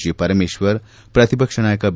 G Parameshwar ಪ್ರತಿಪಕ್ಷ ನಾಯಕ B